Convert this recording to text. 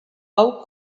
hau